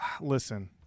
Listen